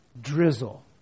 drizzle